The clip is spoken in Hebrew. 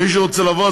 מי שרוצה לבוא,